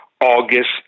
August